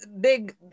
big